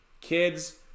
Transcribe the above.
kids